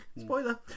spoiler